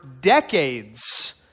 decades